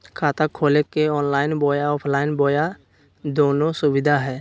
खाता खोले के ऑनलाइन बोया ऑफलाइन बोया दोनो सुविधा है?